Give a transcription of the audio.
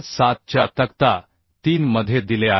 2007 च्या तक्ता 3 मध्ये दिले आहे